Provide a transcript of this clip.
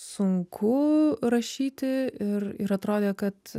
sunku rašyti ir ir atrodė kad